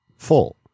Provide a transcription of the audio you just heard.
full